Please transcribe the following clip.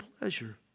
pleasure